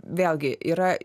vėlgi yra